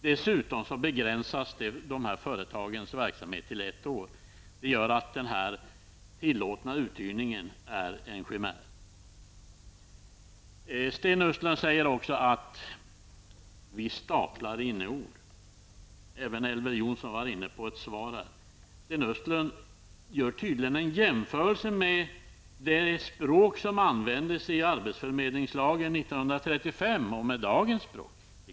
Dessutom begränsas de här företagens verksamhet till ett år. Det gör att detta med den tillåtna uthyrningen är en chimär. Sten Östlund påstår också att vi staplar inneord på varandra, och Elver Jonsson var inne på ett svar i det sammanhanget. Sten Östlund jämför tydligen det språk som användes i arbetsförmedlingslagen 1935 med dagens språk.